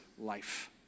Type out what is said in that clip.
life